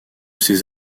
ces